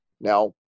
now